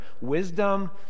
wisdom